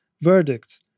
verdict